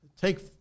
take